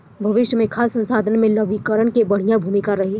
भविष्य मे खाद्य संसाधन में लवणीकरण के बढ़िया भूमिका रही